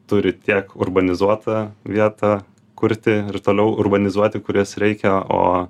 turi tiek urbanizuotą vietą kurti ir toliau urbanizuoti kurias reikia o